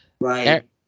Right